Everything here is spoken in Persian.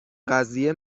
قضیه